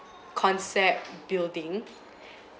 concept building